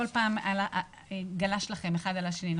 כל פעם זה גלש לכם אחד על השני.